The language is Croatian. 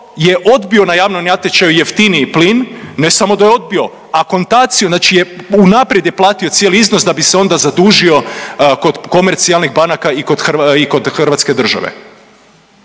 je odbio na javnom natječaju jeftiniji plin, ne samo da je odbio akontaciju znači je unaprijed je platio cijeli iznos da bi se onda zadužio kod komercijalnih banaka i kod Hrvatske države.